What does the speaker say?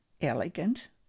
elegant